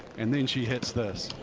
and then she hits this.